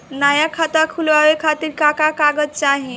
नया खाता खुलवाए खातिर का का कागज चाहीं?